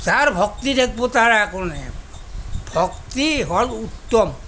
যাৰ ভক্তি থাকিব তাৰ একো নাযাব ভক্তি হ'ল উত্তম